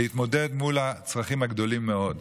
יכולה להתמודד מול הצרכים הגדולים מאוד.